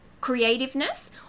creativeness